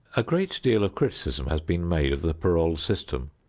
a great deal of criticism has been made of the parole system.